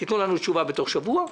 ותנו לנו תשובה בתוך שבוע,